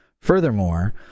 Furthermore